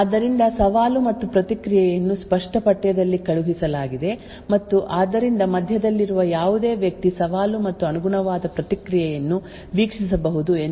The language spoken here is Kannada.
ಆದ್ದರಿಂದ ಸವಾಲು ಮತ್ತು ಪ್ರತಿಕ್ರಿಯೆಯನ್ನು ಸ್ಪಷ್ಟ ಪಠ್ಯದಲ್ಲಿ ಕಳುಹಿಸಲಾಗಿದೆ ಮತ್ತು ಆದ್ದರಿಂದ ಮಧ್ಯದಲ್ಲಿರುವ ಯಾವುದೇ ವ್ಯಕ್ತಿ ಸವಾಲು ಮತ್ತು ಅನುಗುಣವಾದ ಪ್ರತಿಕ್ರಿಯೆಯನ್ನು ವೀಕ್ಷಿಸಬಹುದು ಎಂದು ನಾವು ಹೇಳಿದ್ದೇವೆ ಎಂಬುದನ್ನು ಗಮನಿಸಿ